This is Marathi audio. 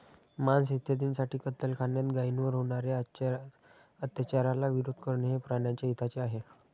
मांस इत्यादींसाठी कत्तलखान्यात गायींवर होणार्या अत्याचाराला विरोध करणे हे प्राण्याच्या हिताचे आहे